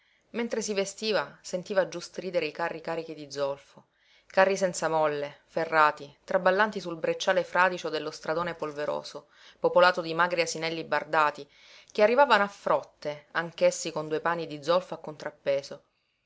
mentre si vestiva sentiva giú stridere i carri carichi di zolfo carri senza molle ferrati traballanti sul brecciale fradicio dello stradone polveroso popolato di magri asinelli bardati che arrivavano a frotte anch'essi con due pani di zolfo a contrappeso